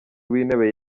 w’intebe